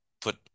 put